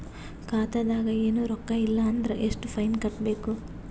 ಖಾತಾದಾಗ ಏನು ರೊಕ್ಕ ಇಲ್ಲ ಅಂದರ ಎಷ್ಟ ಫೈನ್ ಕಟ್ಟಬೇಕು?